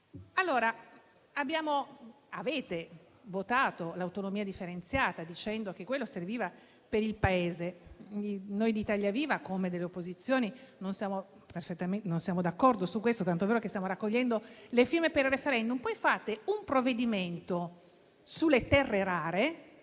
Regioni. Avete votato l'autonomia differenziata dicendo che serviva per il Paese. Noi di Italia Viva, come opposizione, non siamo d'accordo su questo, tanto è vero che stiamo raccogliendo le firme per il *referendum*. Fate poi un provvedimento sulle terre rare